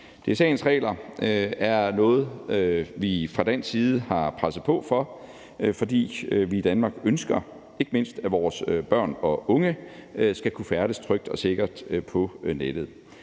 DSA'ens regler er noget, vi fra dansk side har presset på for, fordi vi i Danmark ønsker, at ikke mindst vores børn af unge skal kunne færdes trygt og sikkert på nettet.